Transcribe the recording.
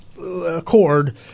accord